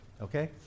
okay